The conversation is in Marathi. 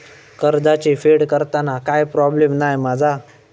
कर्जाची फेड करताना काय प्रोब्लेम नाय मा जा?